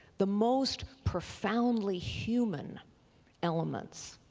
the most profoundly human elements